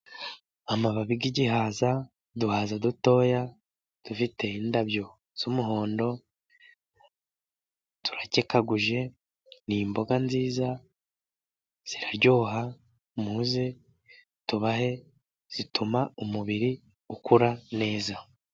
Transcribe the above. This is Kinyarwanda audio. Amababi y'igihaza, uduhaza dutoya dufite indabyo z'umuhondo, turakekaguje, ni imboga nziza, ziraryoha, muze tubahe, zituma umubiri ukura neza.